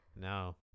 No